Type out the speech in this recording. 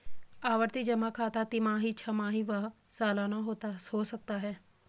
आवर्ती जमा खाता तिमाही, छमाही व सलाना हो सकता है